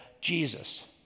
Jesus